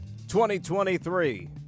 2023